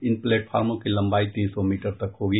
इन प्लेटफार्मों की लंबाई तीन सौ मीटर तक होगी